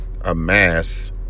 amass